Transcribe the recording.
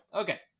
Okay